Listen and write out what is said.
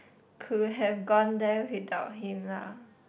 could have gone there without him lah